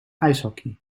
ijshockey